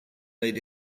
made